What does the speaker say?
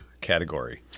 category